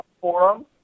forum